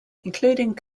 including